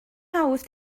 hawdd